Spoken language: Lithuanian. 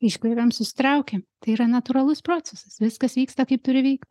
iškvepiam susitraukiam tai yra natūralus procesas viskas vyksta kaip turi vyk